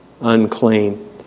unclean